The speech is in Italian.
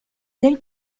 del